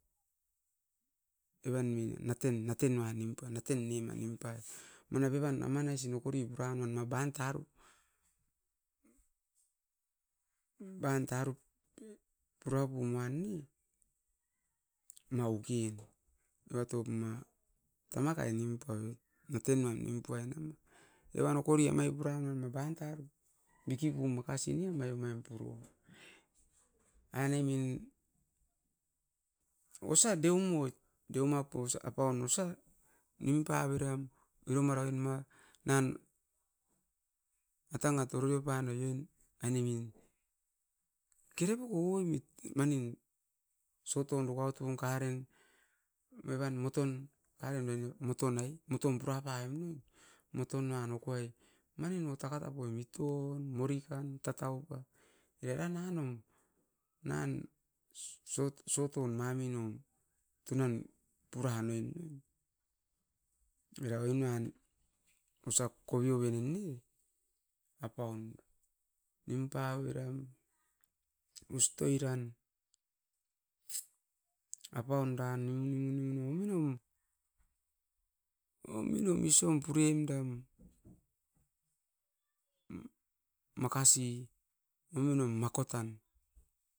Evan me naten, naten uan impuai naten ne na nimpai, manap pep pan ama naisin okori puran uan ma ban tarup. Ban tarup pura pum wan ne maukin, eva top ma tamaka'i nim puai naten uaim nimpuai nem. Evan okori amai puran rama baim taru biki pum makasi ne, omai umaim puru. Ainemin osa deomoi, deoma pous apaun usa nimpaveram oro mara oin ma nan atangat oroi oupan oubien. Aine min, kere poko ooimit manin, soton dukaut ong karen mavan moton, kare noain o moton ai, moton purapa'oim noi, moton nan okuai manin noa taka tapoimit ton, morikan tataupa era nan num. Nan soton mam inom tunan puranoin noin oira oin uan. Osap kovioven nun ne? Apaun nimpa oiran ustoi ran, apaun duan ominom, ominom isom purei'em dam, makasi ominom makotan.